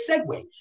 segue